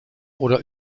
oder